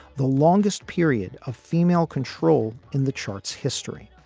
the longest period of female control in the charts history.